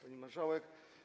Pani Marszałek!